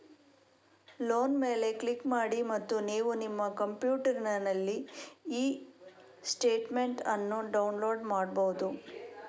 loan ಮೇಲೆ click ಮಾಡಿ ಮತ್ತು ನೀವು ನಿಮ್ಮ ಕಂಪ್ಯೂಟರಿನಲ್ಲಿ ಇ ಸ್ಟೇಟ್ಮೆಂಟ್ ಅನ್ನು ಡೌನ್ಲೋಡ್ ಮಾಡ್ಬಹುದು